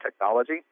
technology